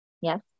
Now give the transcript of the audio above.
Yes